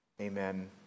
Amen